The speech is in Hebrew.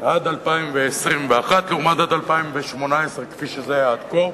עד 2021, לעומת עד 2018 כפי שזה היה עד כה,